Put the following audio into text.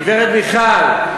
הגברת מיכל,